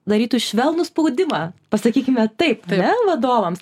darytų švelnų spaudimą pasakykime taip ne vadovams